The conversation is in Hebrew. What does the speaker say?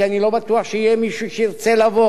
כי אני לא בטוח שיהיה מישהו שירצה לבוא